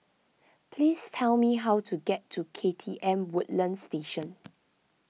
please tell me how to get to K T M Woodlands Station